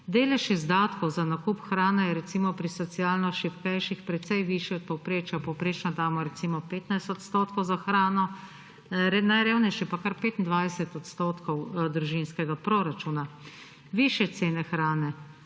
Delež izdatkov za nakup hrane je recimo pri socialno šibkejših precej višji od povprečja. Povprečno damo recimo 15 %, najrevnejši pa kar 25 % družinskega proračuna. Višje cene hrane